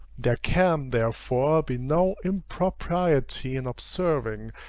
there can, therefore, be no impropriety in observing,